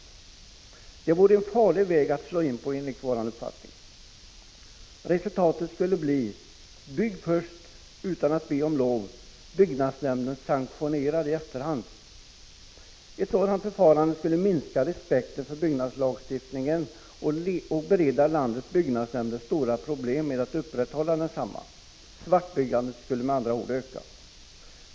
Detta vore en farlig väg att slå in på. Resultatet skulle bli: Bygg först utan att be om lov, byggnadsnämnden sanktionerar i efterhand. Ett sådant förfarande skulle minska respekten för byggnadslagstiftningen och bereda landets byggnadsnämnder stora problem med att upprätthålla lagen. Svartbyggandet skulle med andra ord öka.